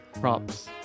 props